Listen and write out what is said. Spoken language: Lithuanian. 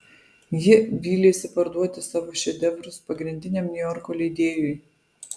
ji vylėsi parduoti savo šedevrus pagrindiniam niujorko leidėjui